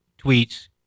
tweets